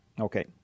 Okay